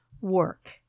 work